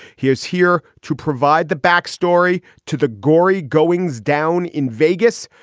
he is here to provide the backstory to the gory goings down in vegas,